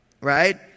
right